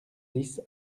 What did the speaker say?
dix